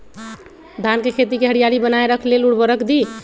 धान के खेती की हरियाली बनाय रख लेल उवर्रक दी?